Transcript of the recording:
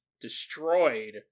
destroyed